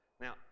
Now